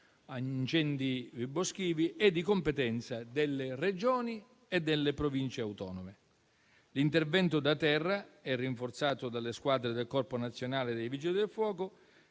degli incendi boschivi è delle Regioni e delle Province autonome. L'intervento da terra è rinforzato dalle squadre del Corpo nazionale dei vigili del fuoco